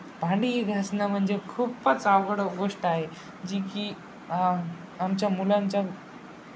भांडी ही घासणं म्हणजे खूपच अवघड गोष्ट आहे जी की आमच्या मुलांच्या